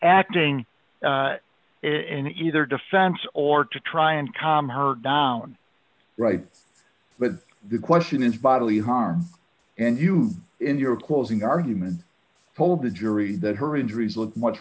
acting in either defense or to try and calm her down right but the question is bodily harm and you in your closing argument told the jury that her injuries looked much